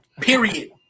Period